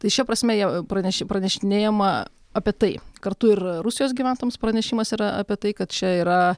tai šia prasme jau praneš pranešinėjama apie tai kartu ir rusijos gyventojams pranešimas yra apie tai kad čia yra